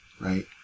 Right